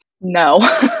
No